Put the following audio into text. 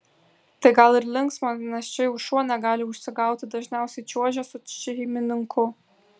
tai gal ir linksma nes čia jau šuo negali užsigauti dažniausiai čiuožia su šeimininku